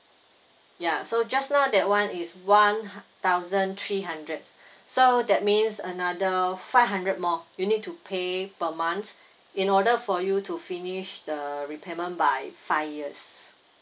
ya so just now that [one] is one hun~ thousand three hundred so that means another five hundred more you need to pay per month in order for you to finish the repayment by five years